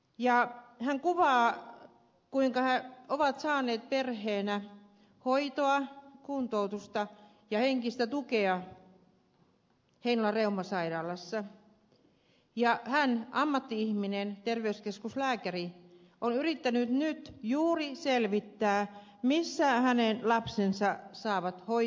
hän kuvaa kuinka he ovat saaneet perheenä hoitoa kuntoutusta ja henkistä tukea heinolan reumasairaalassa ja hän ammatti ihminen terveyskeskuslääkäri on yrittänyt nyt juuri selvittää missä hänen lapsensa saavat hoitoa